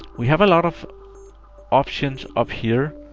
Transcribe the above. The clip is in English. we have a lot of options up here.